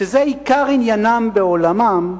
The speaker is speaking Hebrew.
שזה עיקר עניינם בעולמם,